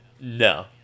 No